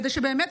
כדי שבאמת,